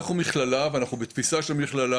אנחנו מכללה ואנחנו בתפיסה של מכללה,